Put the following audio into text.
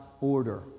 order